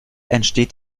entsteht